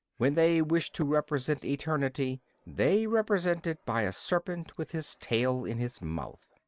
when they wish to represent eternity, they represent it by a serpent with his tail in his mouth.